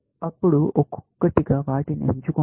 అప్పుడు ఒక్కొక్కటిగా వాటిని ఎంచుకోండి